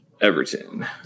Everton